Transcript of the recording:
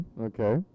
okay